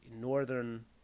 northern